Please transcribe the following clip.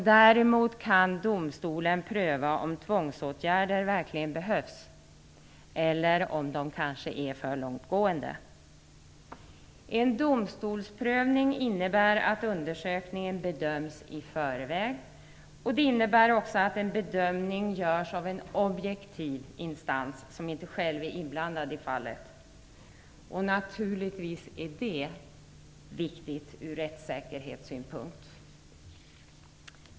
Däremot kan domstolen pröva om tvångsåtgärder verkligen behövs eller om de kanske är för långtgående. En domstolsprövning innebär att undersökningen bedöms i förväg. Det innebär också att det görs en bedömning av en objektiv instans som inte själv är inblandad i fallet. Det är naturligtvis viktigt ur rättssäkerhetssynpunkt.